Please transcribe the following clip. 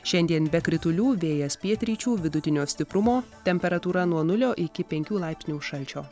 šiandien be kritulių vėjas pietryčių vidutinio stiprumo temperatūra nuo nulio iki penkių laipsnių šalčio